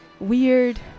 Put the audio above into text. weird